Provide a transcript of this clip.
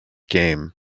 game